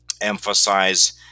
emphasize